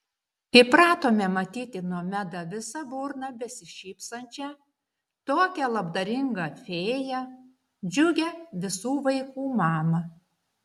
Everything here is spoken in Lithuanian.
įpratome matyti nomedą visa burna besišypsančią tokią labdaringą fėją džiugią visų vaikų mamą